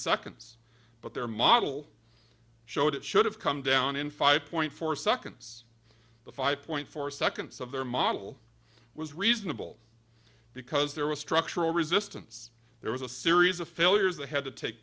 seconds but their model showed it should have come down in five point four seconds the five point four seconds of their model was reasonable because there was structural resistance there was a series of failures that had to take